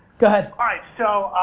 go ahead. alright, so,